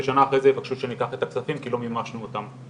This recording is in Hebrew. ושנה אחרי זה יבקשו שניקח את הכספים כי לא מימשנו אותם.